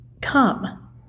come